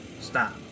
Stop